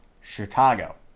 Chicago